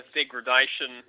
degradation